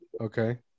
okay